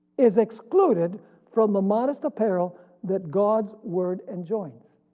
is excluded from the modest apparel that god's word enjoints.